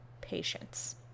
patience